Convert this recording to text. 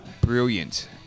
brilliant